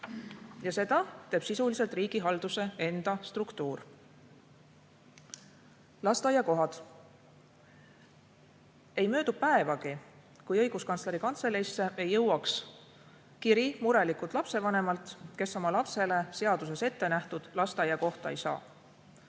Ja seda teeb sisuliselt riigihalduse enda struktuur. Lasteaiakohad. Ei möödu päevagi, kui Õiguskantsleri Kantseleisse ei jõuaks kiri murelikult lapsevanemalt, kes oma lapsele seaduses ette nähtud lasteaiakohta ei saa.